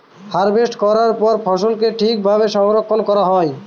harvest করার পরে ফসলকে ঠিক ভাবে সংরক্ষন করা হয়